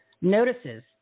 notices